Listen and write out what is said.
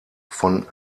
von